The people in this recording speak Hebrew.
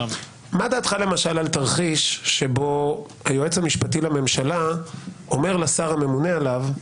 מה דעתך למשל על תרחיש שבו היועץ המשפטי לממשלה אומר לשר הממונה עליו: